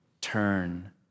turn